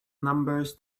numbers